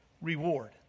reward